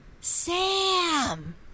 Sam